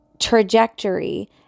trajectory